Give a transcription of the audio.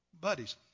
buddies